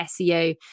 SEO